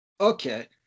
Okay